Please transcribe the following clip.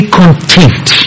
content